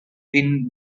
been